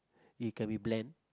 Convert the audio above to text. it can be blend